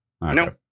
no